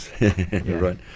right